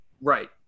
Right